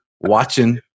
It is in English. watching